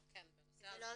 ההסברה.